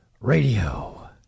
Radio